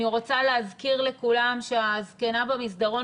אני רוצה להזכיר לכולם שהזקנה במסדרון